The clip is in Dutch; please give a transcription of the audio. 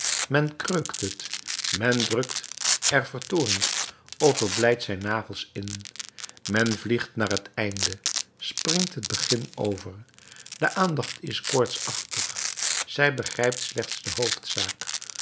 men kreukt het men drukt er vertoornd of verblijd zijn nagels in men vliegt naar het einde springt het begin over de aandacht is koortsachtig zij begrijpt slechts de hoofdzaak